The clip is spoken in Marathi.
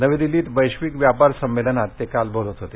नवी दिल्लीत वैश्विक व्यापार संमेलनात ते काल बोलत होते